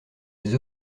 les